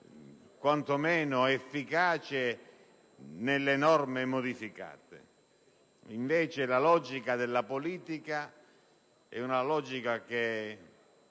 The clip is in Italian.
quanto meno efficace nelle norme modificate. Invece, la logica della politica si sostituisce